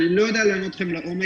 אני לא יודע לענות לכם לעומק,